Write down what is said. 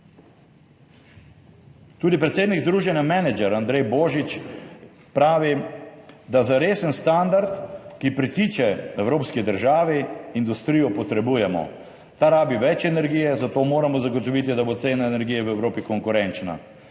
Tudi predsednik Združenja Manager Andrej Božič pravi, da za resen standard, ki pritiče evropski državi, industrija potrebuje več energije, zato moramo zagotoviti, da bo cena energije v Evropi konkurenčna.